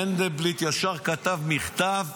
מנדלבליט ישר כתב מכתב: